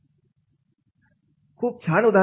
खूप छान उदाहरण आहे